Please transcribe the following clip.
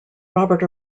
robert